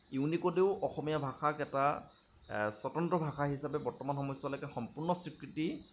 ইউনিকোডেও অসমীয়া ভাষাক এটা স্বতন্ত্ৰ ভাষা হিচাপে বৰ্তমান সময়চোৱালৈকে সম্পূৰ্ণ স্ৱীকৃতি